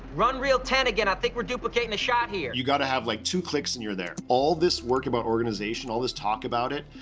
run reel ten again. i think we're duplicating the shot here. you gotta have like two clicks and you're there. all this work about organization. all this talk about it.